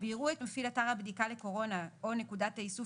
ויראו את מפעיל אתר הבדיקה לקורונה או נקודת האיסוף